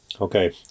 Okay